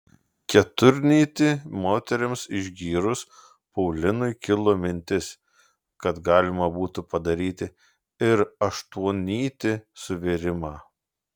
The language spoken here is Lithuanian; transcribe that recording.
keturnytį moterims išgyrus paulinui kilo mintis kad galima būtų padaryti ir aštuonnytį suvėrimą